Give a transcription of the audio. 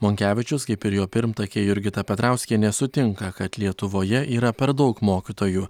monkevičius kaip ir jo pirmtakė jurgita petrauskienė sutinka kad lietuvoje yra per daug mokytojų